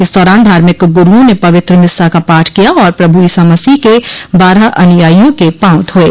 इस दौरान धार्मिक गुरूओं ने पवित्र मिस्सा का पाठ किया और प्रभु ईसा मसीह के बारह अनुयायियों के पांव धोये